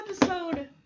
episode